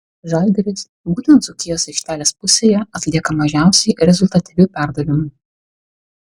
žalgiris būtent dzūkijos aikštelės pusėje atlieka mažiausiai rezultatyvių perdavimų